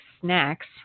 snacks